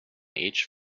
each